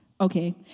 Okay